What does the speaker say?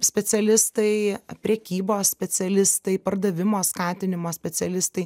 specialistai prekybos specialistai pardavimo skatinimo specialistai